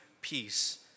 peace